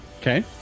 okay